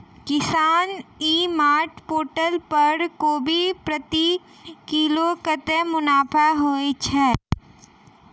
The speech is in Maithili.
किसान ई मार्ट पोर्टल पर कोबी प्रति किलो कतै मुनाफा होइ छै?